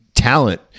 talent